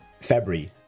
February